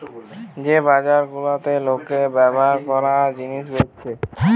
যে বাজার গুলাতে লোকে ব্যভার কোরা জিনিস বেচছে